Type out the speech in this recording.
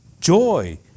joy